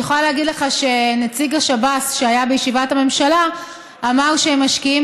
אני יכולה להגיד לך שנציג השב"ס שהיה בישיבת הממשלה אמר שהם משקיעים,